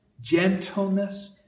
gentleness